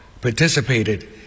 participated